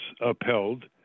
upheld